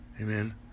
Amen